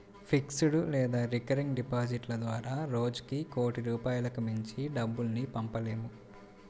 fixed లేదా recurring డిపాజిట్ల ద్వారా రోజుకి కోటి రూపాయలకు మించి డబ్బుల్ని పంపలేము